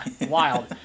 Wild